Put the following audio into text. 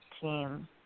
team